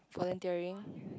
volunteering